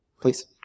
Please